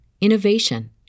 innovation